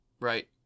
right